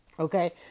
Okay